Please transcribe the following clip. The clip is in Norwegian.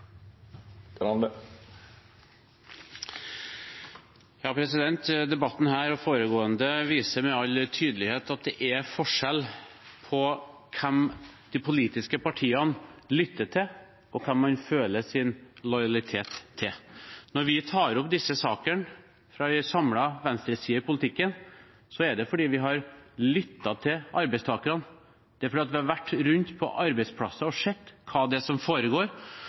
Debatten her – og den foregående – viser med all tydelighet at det er forskjell på hvem de politiske partiene lytter til, og hvem man føler lojalitet overfor. Når vi tar opp disse sakene fra en samlet venstreside i politikken, er det fordi vi har lyttet til arbeidstakerne, og fordi vi har vært rundt på arbeidsplasser og sett hva det er som foregår.